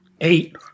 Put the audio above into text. Eight